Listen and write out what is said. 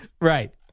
Right